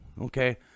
okay